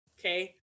okay